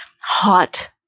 hot